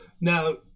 Now